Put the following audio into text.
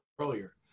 earlier